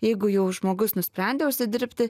jeigu jau žmogus nusprendė užsidirbti